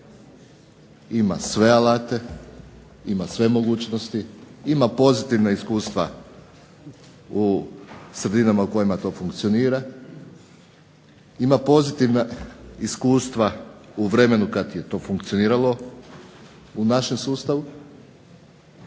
ima sve alate, ima sve mogućnosti, ima pozitivna iskustva u sredinama u kojima to funkcionira, ima pozitivna iskustva u vremenu kad je to funkcioniralo u našem sustavu.